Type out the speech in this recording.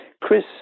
Chris